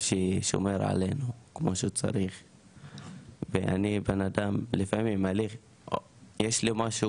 ששומר עלינו כמו שצריך ואני בנאדם לפעמים יש לי משהו,